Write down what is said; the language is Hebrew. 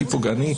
הכי פוגעני.